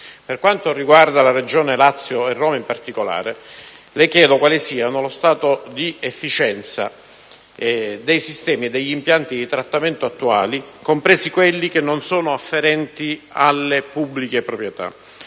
Per quanto riguarda la Regione Lazio, e Roma in particolare, le chiedo quale sia lo stato di efficienza dei sistemi e degli impianti di trattamento attuali, compresi quelli che non sono afferenti alle pubbliche proprietà,